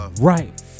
right